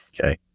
Okay